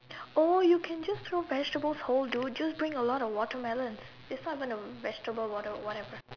oh you can just throw vegetables whole dude just bring a lot of watermelons it's not even a vegetable water whatever